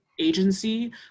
agency